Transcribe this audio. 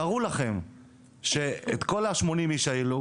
תארו לכם שאת כל ה-80 איש האלו,